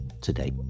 today